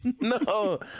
No